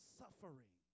suffering